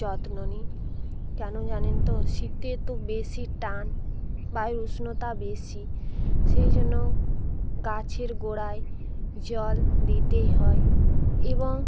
যত্ন নিই কেন জানেন তো শীতে তো বেশি টান বায়ুর উষ্ণতা বেশি সেই জন্য গাছের গোড়ায় জল দিতেই হয় এবং